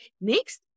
next